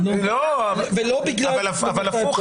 אבל הפוך.